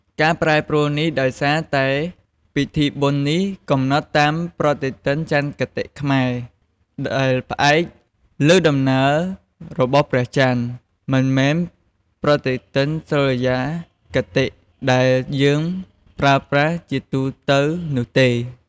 ការប្រែប្រួលនេះគឺដោយសារតែពិធីបុណ្យនេះកំណត់តាមប្រតិទិនចន្ទគតិខ្មែរ ដែលផ្អែកលើដំណើររបស់ព្រះចន្ទ មិនមែនប្រតិទិនសុរិយគតិ ដែលយើងប្រើប្រាស់ជាទូទៅនោះទេ។